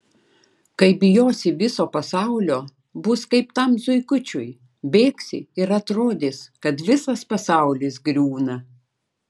kai bijosi viso pasaulio bus kaip tam zuikučiui bėgsi ir atrodys kad visas pasaulis griūna